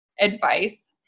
advice